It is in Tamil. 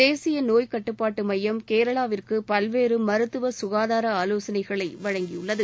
தேசிய நோய்க்கட்டுப்பாட்டு மையம் கேரளாவிற்கு பல்வேறு மருத்துவ சுகாதார ஆலோசனைகளை வழங்கியுள்ளது